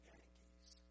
Yankees